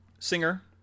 Singer